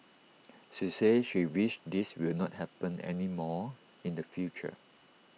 she said she wished this will not happen anymore in the future